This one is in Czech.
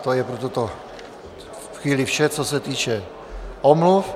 To je pro tuto chvíli vše, co se týče omluv.